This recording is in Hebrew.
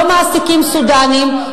לא מעסיקים סודנים,